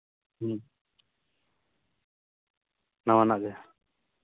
ᱱᱟᱣᱟᱱᱟᱜ ᱜᱮ